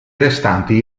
restanti